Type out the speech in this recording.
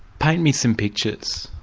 paint me some pictures.